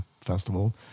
festival